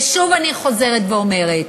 ושוב, אני חוזרת ואומרת,